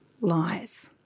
lies